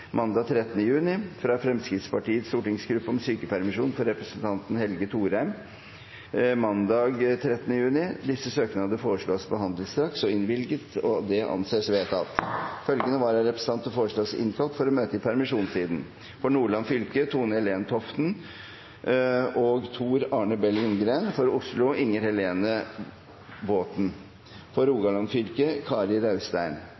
mandag 13. juni fra Fremskrittspartiets stortingsgruppe om sykepermisjon for representanten Helge Thorheim mandag 13. juni Etter forslag fra presidenten ble enstemmig besluttet: Søknadene behandles straks og innvilges. Følgende vararepresentanter innkalles for å møte i permisjonstiden: For Nordland fylke: Tone-Helen Toften og Tor Arne Bell LjunggrenFor Oslo fylke: Inger Helene VaatenFor Rogaland fylke: Kari Raustein